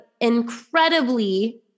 Incredibly